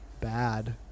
bad